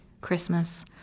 Christmas